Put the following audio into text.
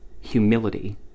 humility